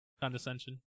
Condescension